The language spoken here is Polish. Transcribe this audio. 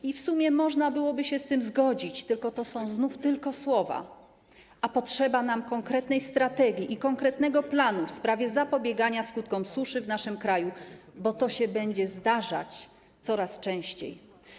I w sumie można byłoby się z tym zgodzić, tylko to są znów tylko słowa, a potrzeba nam konkretnej strategii i konkretnego planu w sprawie zapobiegania skutkom suszy w naszym kraju, bo to będzie się zdarzać coraz częściej.